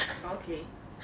okay